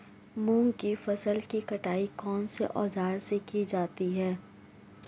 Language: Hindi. मूंग की फसल की कटाई कौनसे औज़ार से की जाती है?